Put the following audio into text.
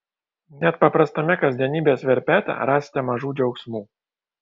net paprastame kasdienybės verpete rasite mažų džiaugsmų